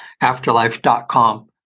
afterlife.com